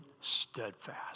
steadfast